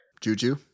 Juju